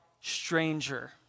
Stranger